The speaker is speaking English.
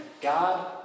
God